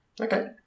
Okay